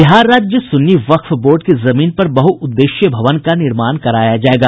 बिहार राज्य सुन्नी वक्फ बोर्ड की जमीन पर बहुउद्देशीय भवन का निर्माण कराया जायेगा